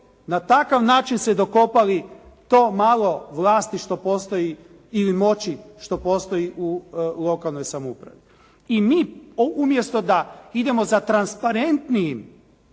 na takav način se dokopali to malo vlasti što postoji ili moći što postoji u lokalnoj samoupravi. I mi umjesto da idemo za transparentnijim